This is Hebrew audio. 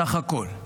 בסך הכול,